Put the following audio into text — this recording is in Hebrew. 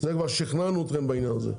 כבר שכנענו אתכם בעניין הזה,